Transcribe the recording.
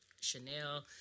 Chanel